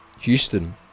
Houston